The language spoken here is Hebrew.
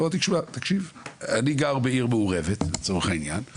תקשיב אני גר בעיר מעורבת לצורך העניין,